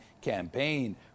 campaign